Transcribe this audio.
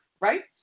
right